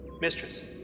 Mistress